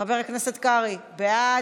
חבר הכנסת קרעי, בעד.